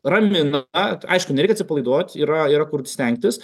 ramina aišku nereikia atsipalaiduot yra yra kur stengtis